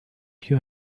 your